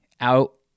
out